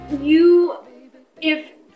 you—if